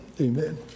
Amen